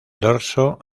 dorso